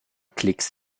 klicks